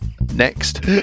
next